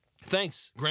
Thanks